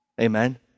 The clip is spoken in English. Amen